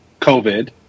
COVID